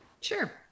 Sure